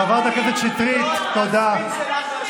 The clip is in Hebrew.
אחריו, חברת הכנסת עאידה תומא סלימאן.